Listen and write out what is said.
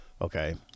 Okay